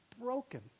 broken